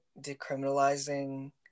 decriminalizing